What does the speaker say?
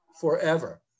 forever